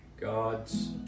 God's